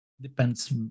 depends